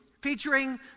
Featuring